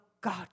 God